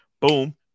Boom